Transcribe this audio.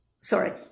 sorry